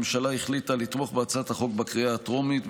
הממשלה החליטה לתמוך בהצעת החוק בקריאה הטרומית,